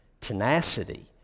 tenacity